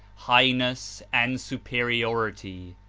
highness and superiority.